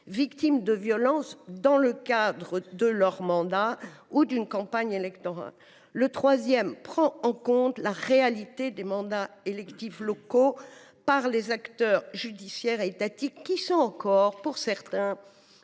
victimes de violences dans le cadre de leur mandat ou d’une campagne électorale ; et le troisième prend en compte la réalité des mandats électifs locaux par les acteurs judiciaires et étatiques, qui sont encore, pour certains,